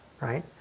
right